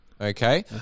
okay